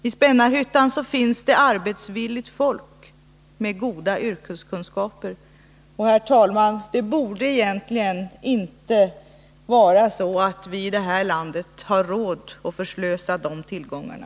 I Spännarhyttan finns arbetsvilligt folk med goda yrkeskunskaper. Och det borde egentligen, herr talman, inte vara så att vi i detta land har råd att förslösa de tillgångarna.